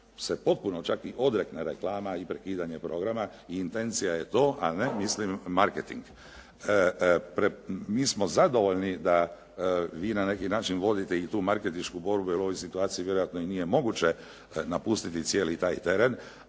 se potpuno čak i odrekne reklama i prekidanja programa i intencija je to, a ne mislim marketing. Mi smo zadovoljni da vi na neki način vodite i tu marketinšku borbu jer u ovoj situaciji vjerojatno i nije moguće napustiti cijeli taj teren,